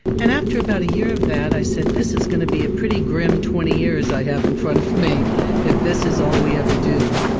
and after about a year of that i said, this is going to be a pretty grim twenty years i have in front of me if this is all we ever do.